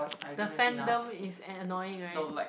the fandom is an annoying right